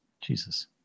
Jesus